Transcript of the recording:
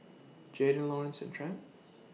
Jaden Laurance and Trent